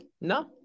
No